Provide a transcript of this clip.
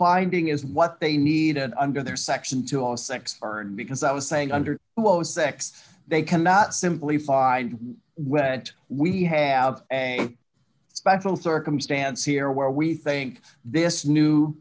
finding is what they needed under their section to all six earned because i was saying under wos sex they cannot simply find that we have a special circumstance here where we think this new